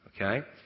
okay